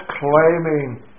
claiming